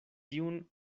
tiun